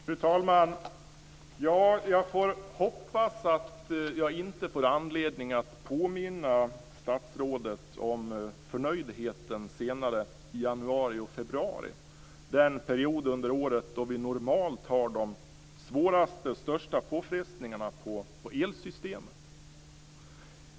Fru talman! Jag hoppas att jag inte senare i januari eller i februari - den period under året då vi normalt har de svåraste och största påfrestningarna på elsystemet - får anledning att påminna statsrådet om förnöjdheten.